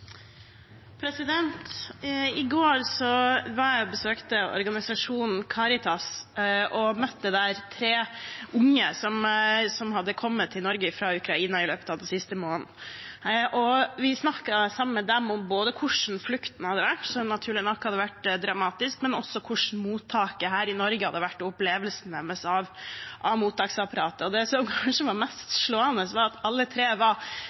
Norge fra Ukraina i løpet av den siste måneden. Vi snakket sammen med dem om hvordan flukten hadde vært – den hadde naturlig nok vært dramatisk – men også om hvordan mottaket her i Norge hadde vært, og opplevelsene deres av mottaksapparatet. Det som kanskje var mest slående, var at alle tre var